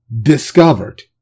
discovered